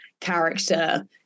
character